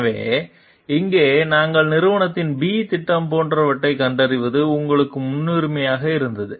எனவே இங்கே நாங்கள் நிறுவனத்தின் B திட்டம் போன்றவற்றைக் கண்டறிவது உங்களுக்கு முன்னுரிமையாக இருந்தது